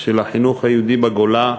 של החינוך היהודי בגולה,